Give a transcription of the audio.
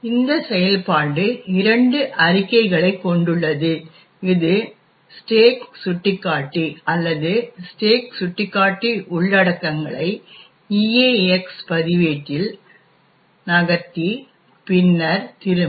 இந்த செயல்பாடு இரண்டு அறிக்கைகளைக் கொண்டுள்ளது இது ஸ்டாக் சுட்டிக்காட்டி அல்லது ஸ்டாக் சுட்டிக்காட்டி உள்ளடக்கங்களை ஈஏஎக்ஸ் பதிவேட்டில் நகர்த்தி பின்னர் திரும்பும்